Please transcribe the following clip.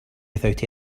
without